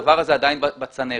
הדבר הזה עדיין בצנרת.